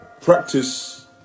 practice